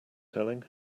telling